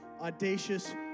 audacious